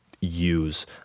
use